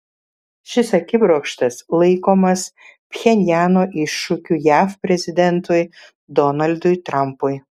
šis akibrokštas laikomas pchenjano iššūkiu jav prezidentui donaldui trampui